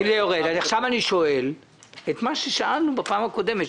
עכשיו אני שואל את מה ששאלנו בפעם הקודמת.